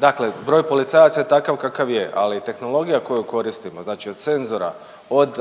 dakle broj policajaca je takav kakav je, ali tehnologija koju koristimo, znači od senzora, od